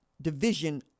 division